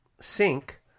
sink